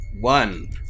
One